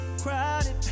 crowded